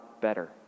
better